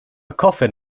coffin